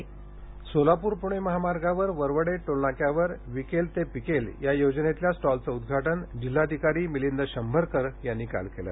विकेल ते पिकेल सोलापूर पूणे महामार्गावर वरवडे टोल नाक्यावर विकेल ते पिकेल योजनेतील स्टॉलचं उद्घाटन जिल्हाधिकारी मिलिंद शंभरकर यांनी काल केले